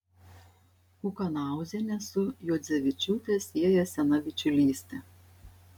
kukanauzienę su juodzevičiūte sieja sena bičiulystė